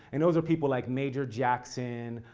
and those are people like major jackson,